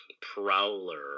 prowler